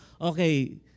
Okay